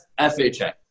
FHA